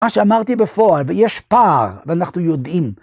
‫מה שאמרתי בפועל, ויש פער, ‫ואנחנו יודעים.